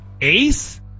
ace